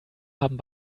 haben